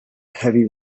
heavy